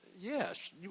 Yes